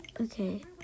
okay